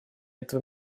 этого